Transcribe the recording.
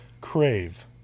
Crave